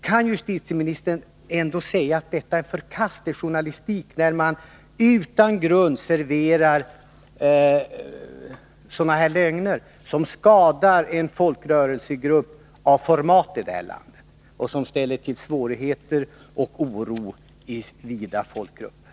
Kan justitieministern inte slå fast att det är förkastlig journalistik att utan grund servera lögner, som skadar en folkrörelsegrupp av format och som ställer till svårigheter och orsakar oro i vida folkgrupper?